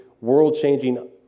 world-changing